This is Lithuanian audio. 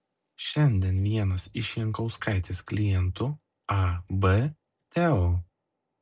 šiandien vienas iš jankauskaitės klientų ab teo